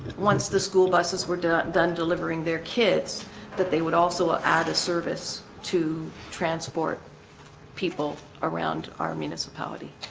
once the school buses were done done delivering their kids that they would also ah add a service to transport people around our municipality